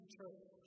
Church